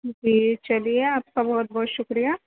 جی چلیے آپ کا بہت بہت شُکریہ